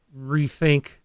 rethink